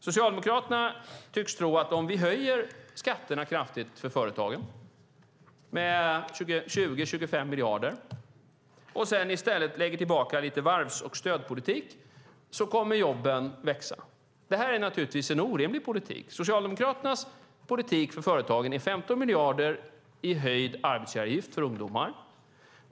Socialdemokraterna tycks tro att om vi höjer skatterna kraftigt för företagen, med 20-25 miljarder, och i stället lägger tillbaka lite varvs och stödpolitik kommer antalet jobb att växa. Det här är naturligtvis en orimlig politik. Socialdemokraternas politik för företagen är 15 miljarder i höjd arbetsgivaravgift för ungdomar.